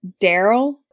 Daryl